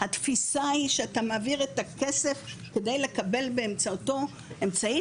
התפיסה היא שאתה מעביר את הכסף כדי לקבל באמצעותו אמצעי